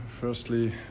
Firstly